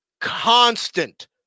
constant